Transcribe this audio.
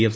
F